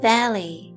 Valley